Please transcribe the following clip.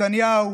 נתניהו